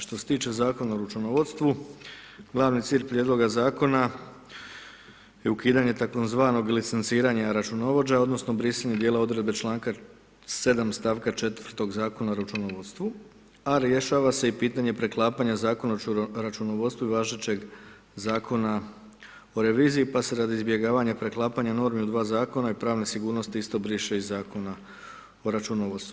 Što se tiče Zakona o računovodstvu, glavni cilj prijedloga Zakona je ukidanje tzv. licenciranja računovođa odnosno brisanje dijela odredbe čl. 7. st. 4. Zakona o računovodstvu, a rješava se i pitanje preklapanja Zakona o računovodstvu i važećeg Zakona o reviziji, pa se radi izbjegavanja preklapanja normi u dva Zakona i pravne sigurnosti, isto briše iz Zakona o računovodstvu.